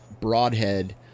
broadhead